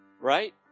right